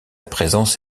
présence